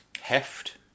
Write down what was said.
heft